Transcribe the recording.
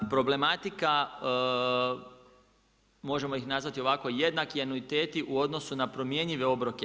Problematika možemo ih nazvati ovako jednaki anuiteti u odnosu na promjenjive obroke.